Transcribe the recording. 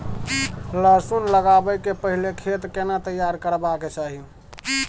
लहसुन लगाबै के पहिले खेत केना तैयार करबा के चाही?